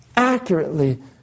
accurately